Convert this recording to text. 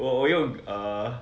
我用 err